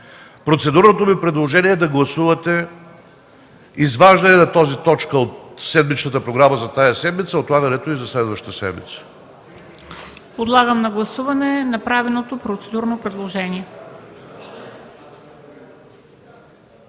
Процедурното ми предложение е да гласуваме изваждане на точката от седмичната програма за тази седмица и отлагането й за следващата седмица.